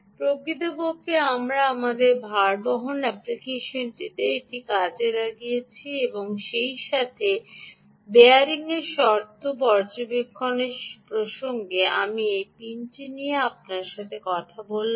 প্রকৃতপক্ষে আমরা আমাদের ভারবহন অ্যাপ্লিকেশনটিতে এটি কাজে লাগিয়েছি এবং সেইসাথে বিয়ারিংয়ের শর্ত পর্যবেক্ষণের প্রসঙ্গে আমি এই পিনটি নিয়ে আপনার সাথে কথা বললাম